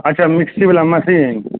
अच्छा मिक्सी वाला मशीन